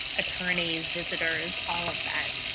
attorneys, visitors, all of that,